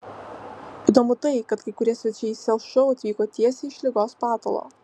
įdomu tai kad kai kurie svečiai į sel šou atvyko tiesiai iš ligos patalo